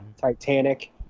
Titanic